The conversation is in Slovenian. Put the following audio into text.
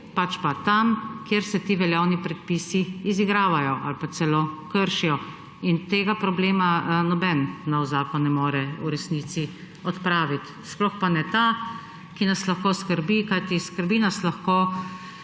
pač pa tam, kjer se ti veljavni predpisi izigravajo ali pa celo kršijo. Tega problema noben nov zakon ne more v resnici odpraviti, sploh pa ne ta, ki nas lahko skrbi. Skrbi nas lahko,